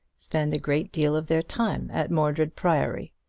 spend a great deal of their time at mordred priory.